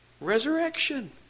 Resurrection